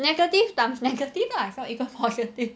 negative times negative lah so equals positive